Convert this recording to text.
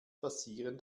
passieren